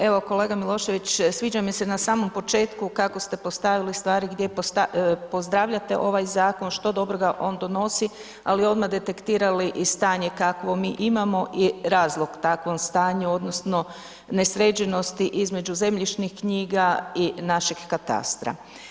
Pa evo kolega Milošević, sviđa mi se na samom početku kako ste postavili stvari, gdje pozdravljate ovaj zakon, što dobroga on donosi, ali odmah detektirali i stanje kakvo mi imamo i razlog takvom stanju odnosno nesređenosti između zemljišnih knjiga i našeg katastra.